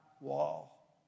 wall